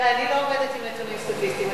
אני לא עובדת עם נתונים סטטיסטיים,